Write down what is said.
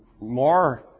more